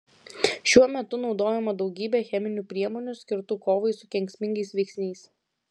šiuo metu naudojama daugybė cheminių priemonių skirtų kovai su kenksmingais veiksniais